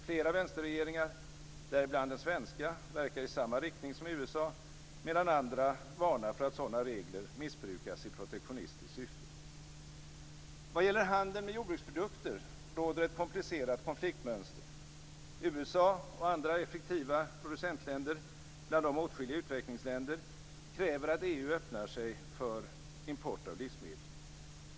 Flera vänsterregeringar, däribland den svenska, verkar i samma riktning som USA, medan andra varnar för att sådana regler missbrukas i protektionistiskt syfte. Vad gäller handeln med jordbruksprodukter råder ett komplicerat konfliktmönster. USA och andra effektiva producentländer, bland dem åtskilliga utvecklingsländer, kräver att EU öppnar sig för import av livsmedel.